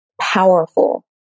powerful